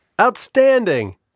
Outstanding